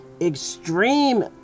extreme